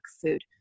food